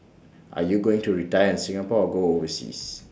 are you going to retire in Singapore or go overseas